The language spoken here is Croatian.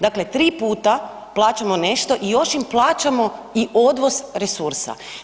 Dakle, tri puta plaćamo nešto i još im plaćamo i odvoz resursa.